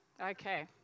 Okay